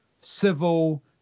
civil